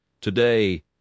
Today